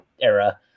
era